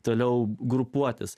toliau grupuotis